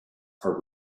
are